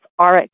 rx